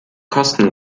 kosten